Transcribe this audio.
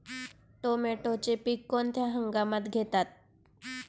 टोमॅटोचे पीक कोणत्या हंगामात घेतात?